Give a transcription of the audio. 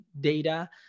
data